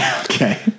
Okay